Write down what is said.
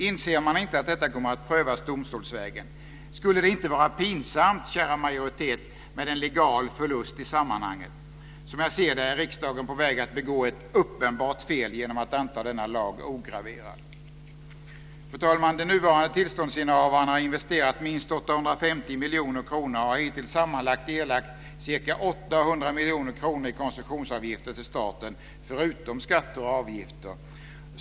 Inser man inte att detta kommer att prövas domstolsvägen? Skulle det inte vara pinsamt, kära majoritet, med en legal förlust i sammanhanget? Som jag ser det är riksdagen på väg att begå ett uppenbart fel genom att anta denna lag ograverad. Fru talman! De nuvarande tillståndsinnehavarna har investerat minst 850 miljoner kronor och har hittills sammanlagt erlagt ca 800 miljoner kronor i koncessionsavgifter till staten, förutom skatter och avgifter.